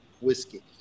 whiskey